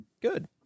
Good